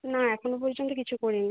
না এখনো পর্যন্ত কিছু করি নি